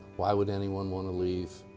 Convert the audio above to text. why would anyone want to leave?